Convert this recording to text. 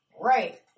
right